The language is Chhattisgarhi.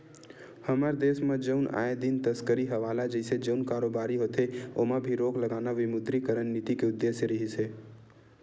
हमर देस म जउन आए दिन तस्करी हवाला जइसे जउन कारोबारी होथे ओमा भी रोक लगाना विमुद्रीकरन नीति के उद्देश्य रिहिस हे